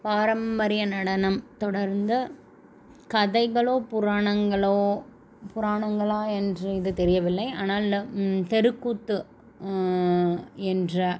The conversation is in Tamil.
பாரம்பரிய நடனம் தொடர்ந்த கதைகளோ புராணங்களோ புராணங்களாக என்று இது தெரியவில்லை ஆனாலும் தெருக்கூத்து என்கிற